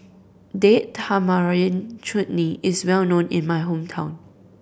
Date Tamarind Chutney is well known in my hometown